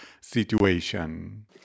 situation